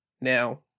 Now